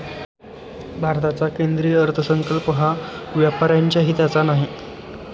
भारताचा केंद्रीय अर्थसंकल्प हा व्यापाऱ्यांच्या हिताचा नाही